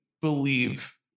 believe